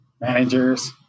managers